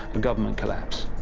and government collapse.